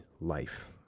life